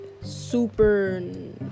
super